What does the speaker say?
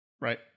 Right